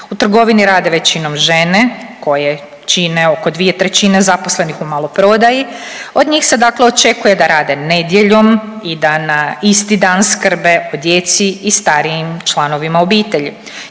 u trgovini rade većinom žene koje čine oko 2/3 zaposlenih u maloprodaji, od njih se dakle očekuje da rade nedjeljom i da na isti dan skrbe o djeci i starijim članovima obitelji.